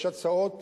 יש הצעות